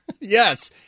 Yes